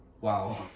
Wow